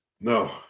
no